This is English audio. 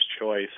choice